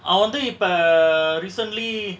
I wonder if err recently